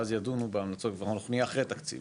ואז ידונו בהמלצות, אנחנו כבר נהיה אחרי תקציב,